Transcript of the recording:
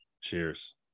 Cheers